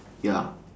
ya